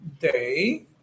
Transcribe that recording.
day